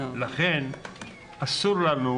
לכן אסור לנו,